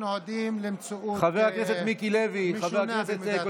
אנחנו עדים למציאות משונה במידת מה.